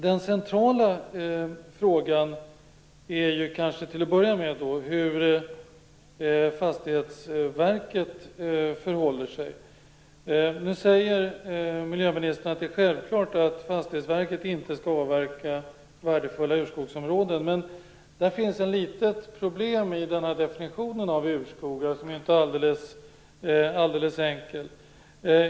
Den centrala frågan gäller till att börja med hur Fastighetsverket förhåller sig. Miljöministern säger att det är självklart att Fastighetsverket inte skall avverka värdefulla urskogsområden. Men det finns ett litet problem i definitionen av urskogar, som inte är alldeles enkel.